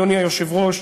אדוני היושב-ראש.